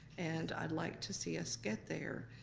and i'd like to see us get there.